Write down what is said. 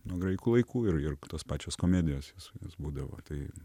nuo graikų laikų ir tos pačios komedijos jos būdavo tai